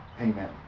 Amen